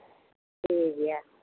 ᱴᱷᱤᱠ ᱜᱮᱭᱟ